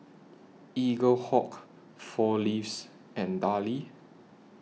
Eaglehawk four Leaves and Darlie